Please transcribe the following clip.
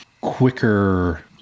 quicker